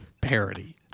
parody